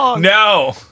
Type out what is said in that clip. No